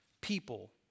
people